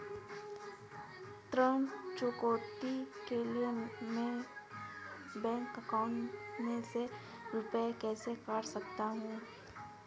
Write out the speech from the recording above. ऋण चुकौती के लिए मेरे बैंक अकाउंट में से रुपए कैसे कट सकते हैं?